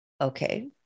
Okay